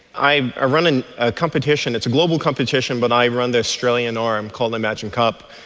i ah run and a competition, it's a global competition but i run the australian arm called imagine cup,